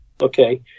okay